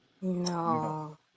No